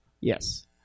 Yes